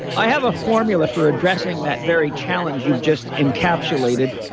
i have a formula for addressing that very challenge you've just encapsulated.